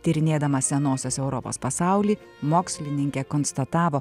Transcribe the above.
tyrinėdama senosios europos pasaulį mokslininkė konstatavo